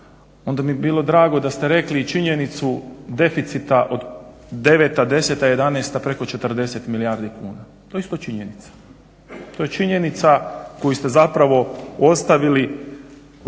onda bi mi bilo drago da ste rekli i činjenicu deficita od deveta, deseta, jedanaesta preko 40 milijardi kuna. To je isto činjenica. To je činjenica koju ste zapravo ostavili rupu